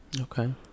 Okay